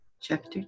Chapter